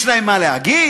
יש להם מה להגיד?